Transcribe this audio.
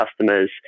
customers